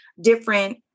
different